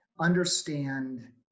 understand